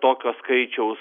tokio skaičiaus